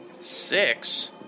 Six